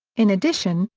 in addition,